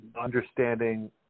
understanding